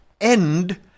end